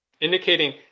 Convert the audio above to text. Indicating